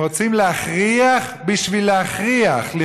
הם רוצים "להכריח בשביל להכריח,